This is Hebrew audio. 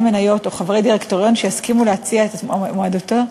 מניות או חברי דירקטוריון שיסכימו להציע את מועמדותו,